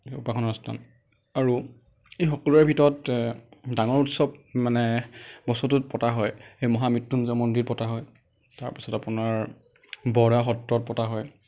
উপাসনাৰ স্থান আৰু এই সকলোৰে ভিতৰত ডাঙৰ উৎসৱ মানে বছৰটোত পতা হয় সেই মহামৃত্যুঞ্জয় মন্দিৰত পতা হয় তাৰ পিছত আপোনাৰ বৰদোৱা সত্ৰত পতা হয়